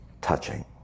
touching